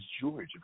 George